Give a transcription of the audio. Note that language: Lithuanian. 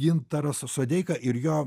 gintaras sodeika ir jo